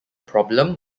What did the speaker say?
problem